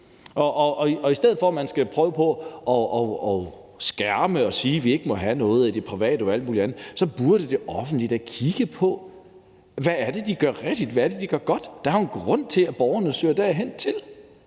I stedet for at man skal prøve på at skærme og sige, at vi ikke må have noget i det private og alt muligt andet, så burde det offentlige da kigge på, hvad de gør rigtigt, og hvad de gør godt. Der er jo en grund til, at borgerne søger derhen.